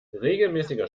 regelmäßiger